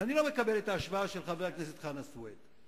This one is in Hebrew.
ואני לא מקבל את ההשוואה של חבר הכנסת חנא סוייד,